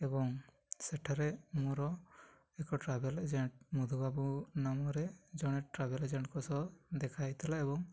ଏବଂ ସେଠାରେ ମୋର ଏକ ଟ୍ରାଭେଲ୍ ଏଜେଣ୍ଟ୍ ମଧୁବାବୁ ନାମରେ ଜଣେ ଟ୍ରାଭେଲ୍ ଏଜେଣ୍ଟକୁ ସହ ଦେଖା ହେଇଥିଲା ଏବଂ